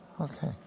Okay